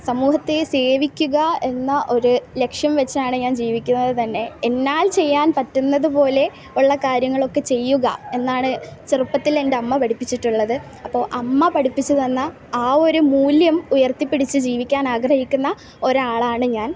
സമൂഹത്തെ സേവിക്കുക എന്ന ഒരു ലക്ഷ്യം വെച്ചാണ് ഞാൻ ജീവിക്കുന്നത് തന്നെ എന്നാൽ ചെയ്യാൻ പറ്റുന്നത് പോലെ ഉള്ള കാര്യങ്ങളൊക്കെ ചെയ്യുക എന്നാണ് ചെറുപ്പത്തിൽ എൻ്റമ്മ പഠിപ്പിച്ചിട്ടുള്ളത് അപ്പോൾ അമ്മ പഠിപ്പിച്ച് തന്ന ആ ഒരു മൂല്യം ഉയർത്തി പിടിച്ച് ജീവിക്കാനാഗ്രഹിക്കുന്ന ഒരാളാണ് ഞാൻ